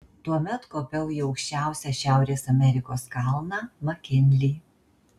tuomet kopiau į aukščiausią šiaurės amerikos kalną makinlį